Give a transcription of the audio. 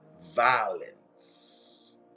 violence